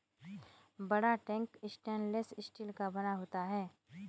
बड़ा tank stainless steel का बना होता है